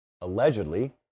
allegedly